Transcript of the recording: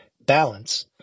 balance